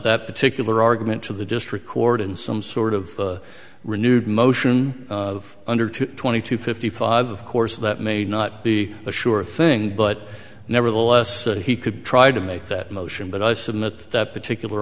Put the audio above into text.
that particular argument to the just record in some sort of renewed motion of under two twenty two fifty five course that may not be a sure thing but nevertheless he could try to make that motion but i submit that particular